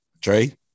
Trey